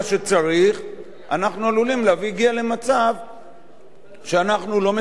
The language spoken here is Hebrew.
אנחנו עלולים להגיע למצב שאנחנו לא משרתים את המטרה הנכונה,